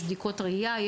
בדיקות ראייה,